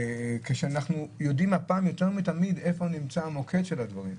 כשאנחנו יודעים הפעם יותר מתמיד איפה נמצא המוקד של הדברים.